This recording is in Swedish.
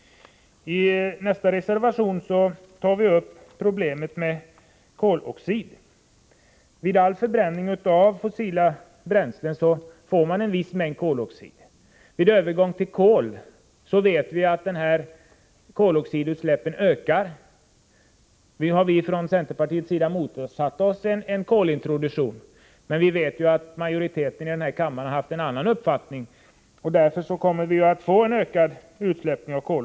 I nästa reservation tar vi upp problemet med koldioxid. Vid all förbränning av fossila bränslen får man en viss mängd koldioxid. Vid övergång till kol ökar koloxidutsläppen, det vet man. Därför har vi från centerpartiet motsatt oss en kolintroduktion, men som alla vet har majoriteten i denna kammare haft en annan uppfattning, och därför kommer utsläppen av koldioxid att öka.